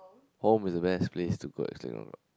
home is the best place to go and sleep you know